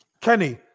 Kenny